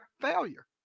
failure